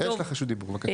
יש לך רשות דיבור, בבקשה.